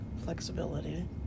flexibility